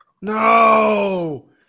No